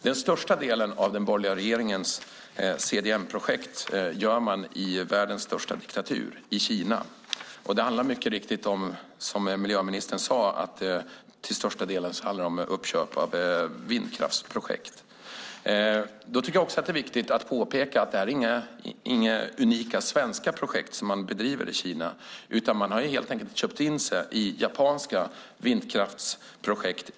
Merparten av den borgerliga regeringens CDM-projekt finns i världens största diktatur, Kina. Som miljöministern mycket riktigt sade handlar det till största delen om uppköp av vindkraftsprojekt. Det är viktigt att påpeka att det inte är några unika svenska projekt som man bedriver i Kina, utan man har helt enkelt köpt in sig i japanska vindkraftsprojekt.